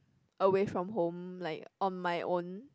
away from home like on my own